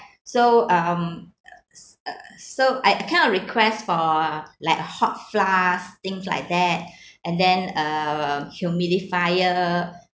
so um uh uh so I kind of request for like a hot flask things like that and then um humidifier